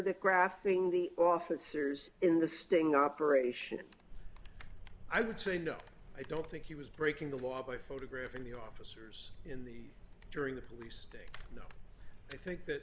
graphing the officers in the sting operation i would say no i don't think he was breaking the law by photographing the officers in the during the police sting i think that